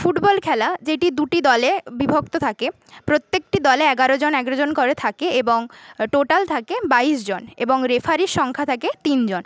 football খেলা যেটি দুটি দলে বিভক্ত থাকে প্রত্যেকটি দলে এগারো জন এগারো জন করে থাকে এবং টোটাল থাকে বাইশ জন এবং রেফারির সংখ্যা থাকে তিনজন